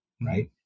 right